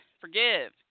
forgive